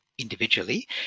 individually